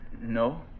No